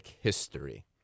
history